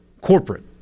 Corporate